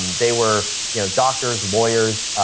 they were, you know, doctors, lawyers.